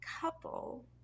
couple